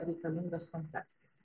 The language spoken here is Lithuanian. reikalingas kontekstas